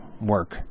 work